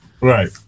Right